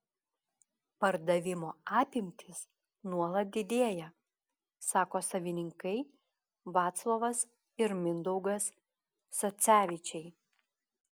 pardavimo apimtys nuolat didėja sako savininkai vaclovas ir mindaugas socevičiai